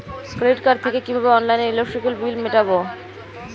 Credit card থেকে কিভাবে অনলাইনে ইলেকট্রিক বিল মেটাবো?